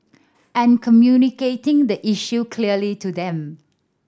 and communicating the issue clearly to them